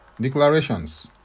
Declarations